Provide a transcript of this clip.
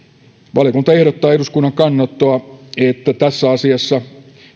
valiokunta ehdottaa eduskunnalle kannanottoa että tässä asiassa